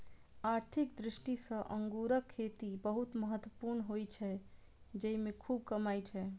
आर्थिक दृष्टि सं अंगूरक खेती बहुत महत्वपूर्ण होइ छै, जेइमे खूब कमाई छै